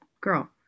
girl